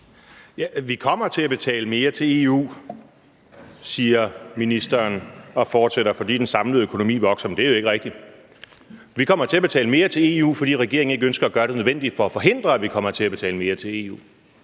vi kommer til at betale mere til EU, fordi den samlede økonomi vokser. Men det er jo ikke rigtigt. Vi kommer til at betale mere til EU, fordi regeringen ikke ønsker at gøre det nødvendige for at forhindre, at vi kommer til at betale mere til EU.